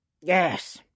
Yes